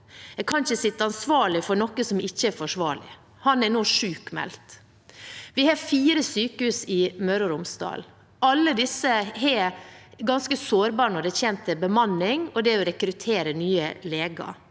Jeg kan ikke sitte ansvarlig for noe som ikke er forsvarlig. – Han er nå sykmeldt. Det er fire sykehus i Møre og Romsdal. Alle disse er ganske sårbare med hensyn til bemanning og det å rekruttere nye leger.